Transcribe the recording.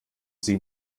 sie